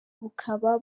bukaba